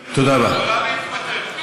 אגב, את לא חייבת.